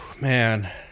Man